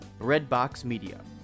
redboxmedia